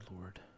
Lord